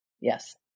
Yes